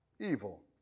evil